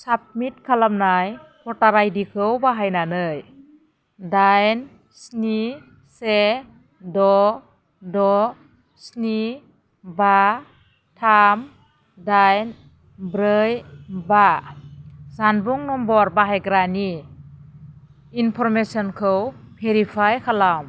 submit खालामनाय भ'टार I D खौ बाहायनानै दाइन स्नि से द' द' स्नि बा थाम दाइन ब्रै बा जानबुं नम्बर बाहायग्रानि इनफ'रमेसनखौ भेरिफाइ खालाम